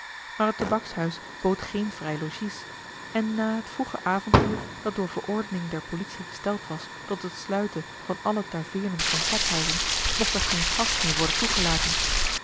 maar het toebackshuis bood geen vrij logies en na het vroege avonduur dat door verordening der politie gesteld was tot het sluiten van alle taveernen en taphuizen mocht er geen gast meer worden toegelaten